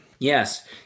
Yes